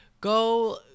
Go